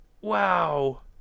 wow